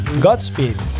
Godspeed